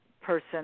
person